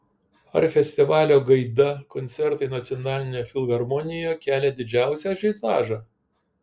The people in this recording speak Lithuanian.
ar festivalio gaida koncertai nacionalinėje filharmonijoje kelia didžiausią ažiotažą